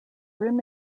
rim